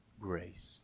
grace